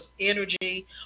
energy